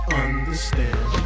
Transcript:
understand